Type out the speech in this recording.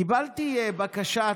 קיבלתי בקשה,